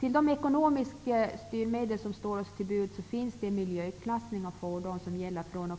Ett av de ekonomiska styrmedel som står oss till buds är miljöklassning av fordon, som gäller fr.o.m.